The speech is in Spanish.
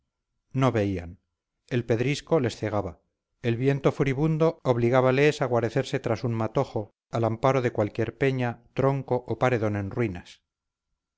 no veían el pedrisco les cegaba el viento furibundo obligábales a guarecerse tras un matojo al amparo de cualquier peña tronco o paredón en ruinas